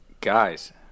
Guys